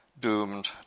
doomed